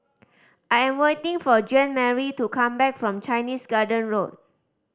I am waiting for Jeanmarie to come back from Chinese Garden Road